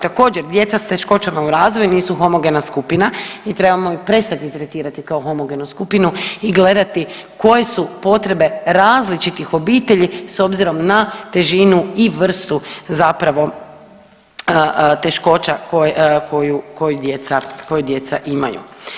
Također djeca s teškoćama u razvoju nisu homogena skupina i trebamo ih prestati tretirati kao homogenu skupinu i gledati koje su potrebe različitih obitelji s obzirom na težinu i vrstu zapravo teškoća koju djeca imaju.